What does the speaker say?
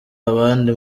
abandi